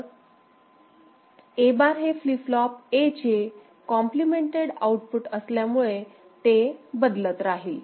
A bar हे flip flop A चे complemented output असल्यामुळे ते बदलत राहील